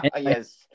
Yes